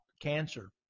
cancer